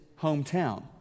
hometown